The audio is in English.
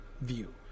view